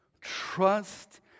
Trust